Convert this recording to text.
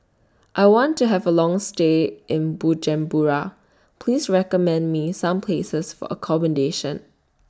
I want to Have A Long stay in Bujumbura Please recommend Me Some Places For accommodation